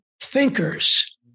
thinkers